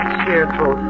cheerful